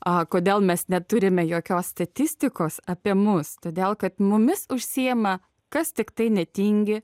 a kodėl mes neturime jokios statistikos apie mus todėl kad mumis užsiima kas tiktai netingi